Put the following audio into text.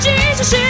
Jesus